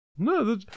No